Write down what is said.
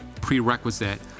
prerequisite